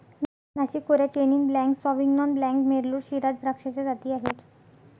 नाशिक खोऱ्यात Chenin blanc, Sauvignon blanc, Merlot, Shiraz द्राक्षाच्या जाती आहेत